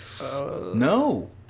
no